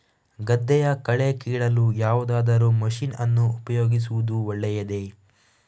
ಗದ್ದೆಯ ಕಳೆ ಕೀಳಲು ಯಾವುದಾದರೂ ಮಷೀನ್ ಅನ್ನು ಉಪಯೋಗಿಸುವುದು ಒಳ್ಳೆಯದೇ?